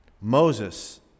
Moses